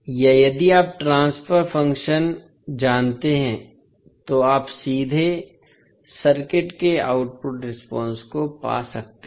या यदि आप ट्रांसफर फ़ंक्शन जानते हैं तो आप सीधे सर्किट के आउटपुट रिस्पॉन्स को पा सकते हैं